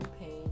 pain